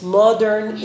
modern